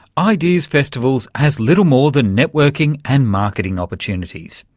ideas festivals as little more than networking and marketing opportunities.